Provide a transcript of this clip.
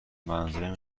منظورم